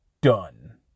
done